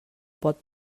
pot